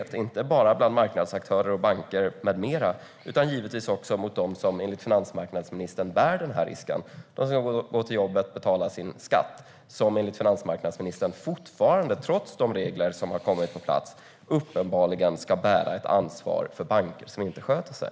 Det gäller inte bara bland marknadsaktörer, banker med mera utan givetvis även dem som enligt finansmarknadsministern bär risken. Det är de som går till jobbet och betalar sin skatt - som enligt finansmarknadsministern fortfarande, trots de regler som har kommit på plats, uppenbarligen ska bära ett ansvar för banker som inte sköter sig.